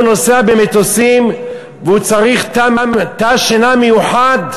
נוסע במטוסים והוא צריך תא שינה מיוחד,